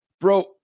bro